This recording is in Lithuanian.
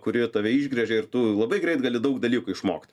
kuri tave išgręžia ir tu labai greit gali daug dalykų išmokti